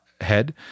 head